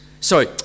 sorry